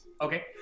Okay